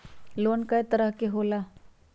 Loan कय तरह के होला?